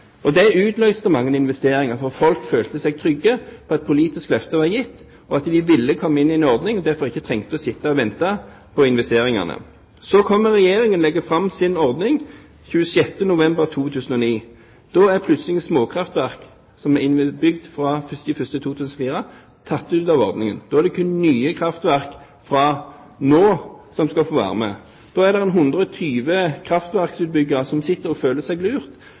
Det utløste mange investeringer, for folk følte seg trygge på at et politisk løfte var gitt, og at de ville komme inn i en ordning, slik at de derfor ikke trengte å sitte og vente på investeringene. Regjeringen la fram sin ordning den 26. november 2009. Da er plutselig småkraftverk, som er innebygd fra 1. januar 2004, tatt ut av ordningen. Det er kun nye kraftverk som fra nå av skal få være med, og ca. 120 kraftverksutbyggere føler seg lurt. Det er ikke bare dem som